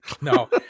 No